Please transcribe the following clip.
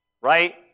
right